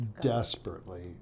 desperately